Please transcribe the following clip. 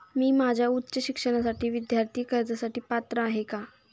मी माझ्या उच्च शिक्षणासाठी विद्यार्थी कर्जासाठी पात्र आहे का?